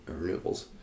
renewables